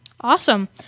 Awesome